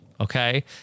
Okay